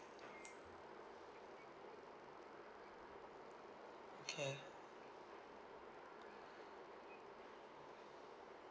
okay